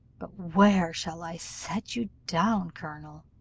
but where shall i set you down, colonel?